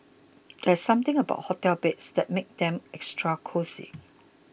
there's something about hotel beds that makes them extra cosy